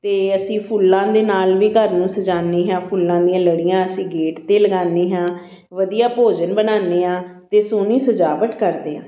ਅਤੇ ਅਸੀਂ ਫੁੱਲਾਂ ਦੇ ਨਾਲ ਵੀ ਘਰ ਨੂੰ ਸਜਾਉਂਦੇ ਹਾਂ ਫੁੱਲਾਂ ਦੀਆਂ ਲੜੀਆਂ ਅਸੀਂ ਗੇਟ 'ਤੇੇ ਲਗਾਉਂਦੇ ਹਾਂ ਵਧੀਆ ਭੋਜਨ ਬਣਾਉਂਦੇ ਹਾਂ ਅਤੇ ਸੋਹਣੀ ਸਜਾਵਟ ਕਰਦੇ ਹਾਂ